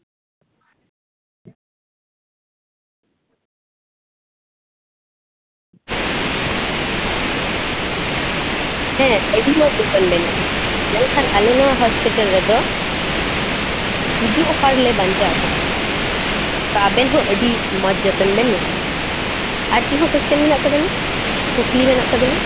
ᱦᱮᱸ ᱟᱞᱤᱧ ᱦᱚᱸ ᱦᱚᱥᱯᱤᱴᱟᱞ ᱨᱮᱜᱮ ᱢᱮᱱᱠᱷᱟᱱ ᱟᱞᱮᱭᱟᱜ ᱦᱚᱥᱯᱤᱴᱟᱞ ᱨᱮᱫᱚ ᱜᱩᱡᱩᱜ ᱦᱚᱲᱞᱮ ᱵᱟᱧᱪᱟᱣᱟᱠᱚ ᱠᱟᱱᱟ ᱟᱨ ᱟᱵᱮᱱ ᱦᱚᱸ ᱟᱹᱰᱤ ᱢᱚᱡᱽ ᱡᱚᱛᱚᱱ ᱵᱮᱱ ᱧᱟᱢᱟ ᱟᱨ ᱪᱮᱫ ᱦᱚᱸ ᱠᱚᱥᱪᱟᱱ ᱢᱮᱱᱟᱜ ᱛᱟᱵᱮᱱᱟ ᱠᱩᱠᱞᱤ ᱦᱮᱱᱟᱜ ᱛᱟᱵᱮᱱᱟ